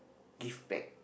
give back